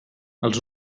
els